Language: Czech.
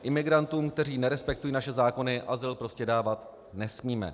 Imigrantům, kteří nerespektují naše zákony, azyl prostě dávat nesmíme.